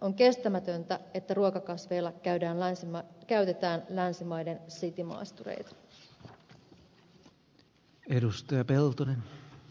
on kestämätöntä että ruokakasveilla käytetään länsimaiden citymaastureita